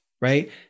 right